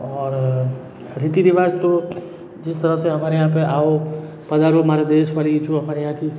और रीती रिवाज़ तो जिस तरह से हमारे यहाँ पे आओ पधारो म्हारे देस वाली जो हमारे यहाँ की